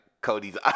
Cody's